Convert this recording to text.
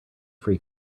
free